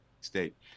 state